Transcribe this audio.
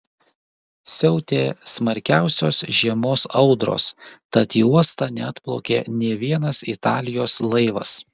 siautė smarkiausios žiemos audros tad į uostą neatplaukė nė vienas italijos laivas